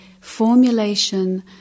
formulation